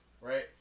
Right